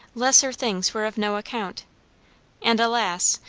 lesser things were of no account and alas!